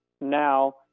now